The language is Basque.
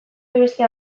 beste